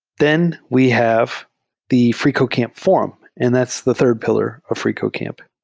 then we have the freecodecamp forum, and that's the third pillar of freecodecamp.